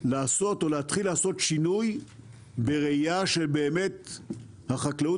לעשות או להתחיל לעשות שינוי בראייה שבאמת החקלאות